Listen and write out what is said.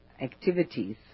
activities